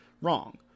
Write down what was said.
wrong